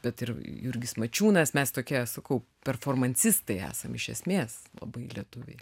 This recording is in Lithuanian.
bet ir jurgis mačiūnas mes tokie sakau performansistai esam iš esmės labai lietuviai